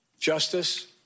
Justice